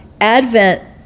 Advent